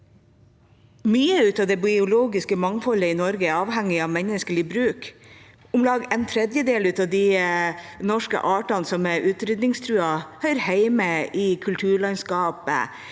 Mye av det biologiske mangfoldet i Norge er avhengig av menneskers bruk. Om lag en tredjedel av de norske artene som er utrydningstruet, hører hjemme i kulturlandskapet